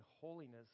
holiness